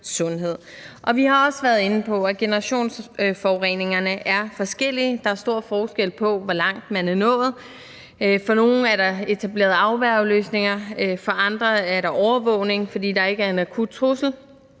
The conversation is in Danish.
sundhed. Og vi har også været inde på, at generationsforureningerne er forskellige – der er stor forskel på, hvor langt man er nået. For nogle er der blevet etableret afværgeløsninger, for andre er der overvågning, fordi der ikke er en akut trussel,